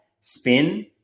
spin